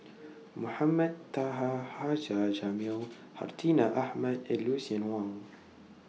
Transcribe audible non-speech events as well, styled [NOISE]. [NOISE] Mohamed Taha Haji [NOISE] Jamil Hartinah Ahmad and Lucien Wang